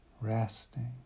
resting